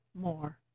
more